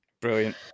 Brilliant